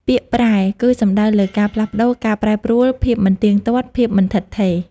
ពាក្យ "ប្រែ" គឺសំដៅលើការផ្លាស់ប្តូរ ការប្រែប្រួល ភាពមិនទៀងទាត់ ភាពមិនឋិតថេរ។